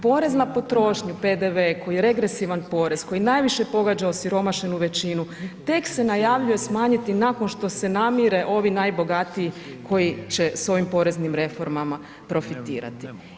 Porez na potrošnju, PDV koji je regresivan porez, koji najviše pogađa osiromašenu većinu, tek se najavljuje smanjiti nakon što se namire ovi najbogatiji koji će s ovim poreznim reformama profitirati.